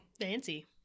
Fancy